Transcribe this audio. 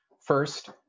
First